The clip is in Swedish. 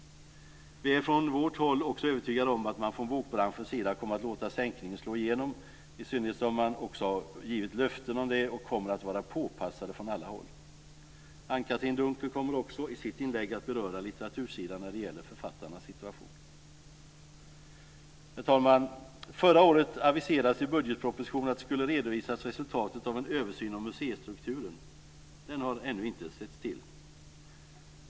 Vi är från vårt håll också övertygade om att man från bokbranschens sida kommer att låta sänkningen slå igenom, i synnerhet som man också har givit löften om det och kommer att vara påpassad från alla håll. Anne-Katrine Dunker kommer i sitt inlägg att beröra litteraturen när det gäller författarnas situation. Herr talman! Förra året aviserades i budgetpropositionen att resultatet av en översyn av museistrukturen skulle redovisas. Det har ännu inte setts till.